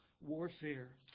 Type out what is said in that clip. warfare